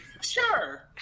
Sure